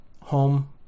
home